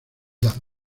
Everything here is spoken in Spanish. danza